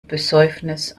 besäufnis